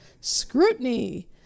Scrutiny